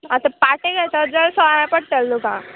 आतां पाटें घेत जाल्या सवाय पडटलें तुका